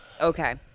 Okay